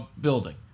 building